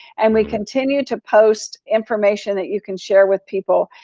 and we continue to post information that you can share with people.